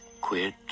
Quit